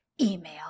email